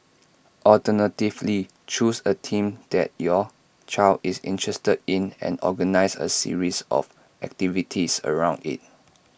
alternatively choose A team that your child is interested in and organise A series of activities around IT